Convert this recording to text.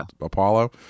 Apollo